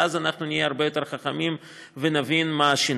ואז אנחנו נהיה הרבה יותר חכמים ונבין מה השינוי.